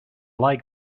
like